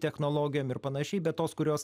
technologijom ir panašiai bet tos kurios